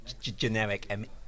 generic